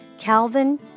Calvin